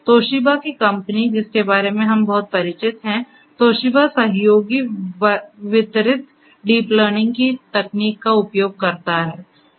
Toshiba की company जिसके बारे में हम बहुत परिचित हैं तोशिबा सहयोगी वितरित डीप लर्निंग की तकनीक का उपयोग करता है